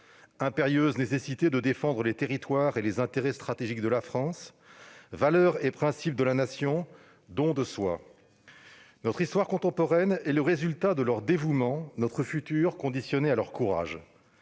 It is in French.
impérieuse nécessité de défendre les territoires et les intérêts stratégiques de la France ; valeurs et principes de la Nation ; don de soi. Notre histoire contemporaine est le résultat de leur dévouement, notre futur conditionné à leur courage.